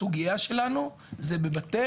הסוגיה שלנו זה בבתי חולים ממשלתיים.